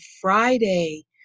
Friday